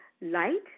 light